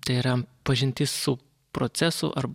tai yra pažintis su procesu ar